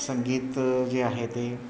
संगीत जे आहे ते